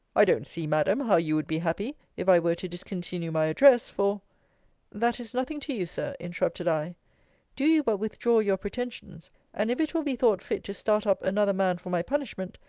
i don't see, madam, how you would be happy, if i were to discontinue my address for that is nothing to you, sir, interrupted i do you but withdraw your pretensions and if it will be thought fit to start up another man for my punishment,